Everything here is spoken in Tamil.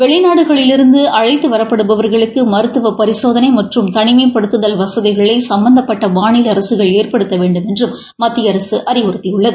வெளிநாடுகளிலிருந்து அழைத்து வரப்படுபவர்களுக்கு மருத்துவ பரிசோதனை மற்றும் தனிமைப்படுத்துதல் வசதிகளை சம்பந்தப்பட்ட மாநில அரசுகள் ஏற்படுத்த வேண்டுமென்றும் மத்திய அரசு அறிவுறத்தியுள்ளது